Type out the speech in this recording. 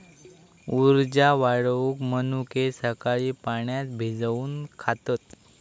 उर्जा वाढवूक मनुके सकाळी पाण्यात भिजवून खातत